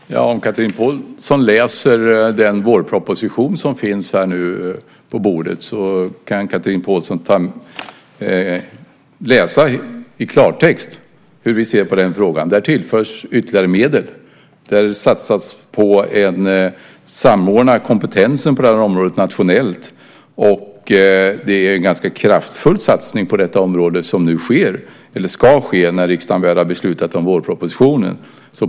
Herr talman! Om Chatrine Pålsson läser den vårproposition som finns på bordet nu kan hon läsa i klartext hur vi ser på den frågan. Där tillförs ytterligare medel. Där satsas på en samordning av kompetensen på det här området nationellt. Det är en ganska kraftfull satsning på detta område som nu sker - eller ska ske, när riksdagen väl har beslutat om vårpropositionen.